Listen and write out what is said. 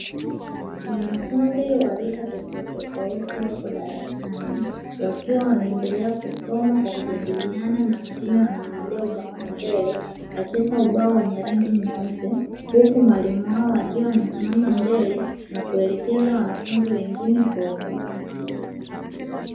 Wanafunzi wa rika tofauti tofauti wapo darasani, wakiwa wanaendelea kusoma kwa kujadiliana na wengine wanaangalia ubaoni mbele katika ubao wenye rangi nyeupe, huku mwalimu wao akiwa amesimama mbele na kuelekeza wanafunzi wengine kwa umoja.